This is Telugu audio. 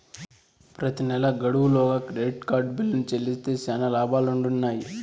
ప్రెతి నెలా గడువు లోగా క్రెడిట్ కార్డు బిల్లుని చెల్లిస్తే శానా లాబాలుండిన్నాయి